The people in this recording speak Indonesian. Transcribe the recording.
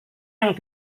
yang